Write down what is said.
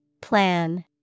Plan